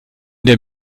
der